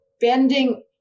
bending